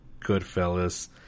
Goodfellas